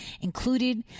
included